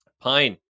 Pine